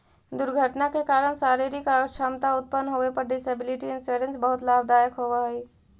दुर्घटना के कारण शारीरिक अक्षमता उत्पन्न होवे पर डिसेबिलिटी इंश्योरेंस बहुत लाभदायक होवऽ हई